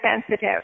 sensitive